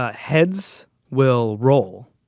ah heads will roll,